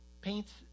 paints